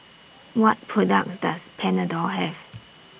What products Does Panadol Have